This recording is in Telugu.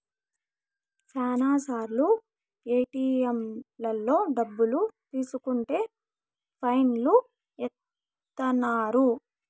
శ్యానా సార్లు ఏటిఎంలలో డబ్బులు తీసుకుంటే ఫైన్ లు ఏత్తన్నారు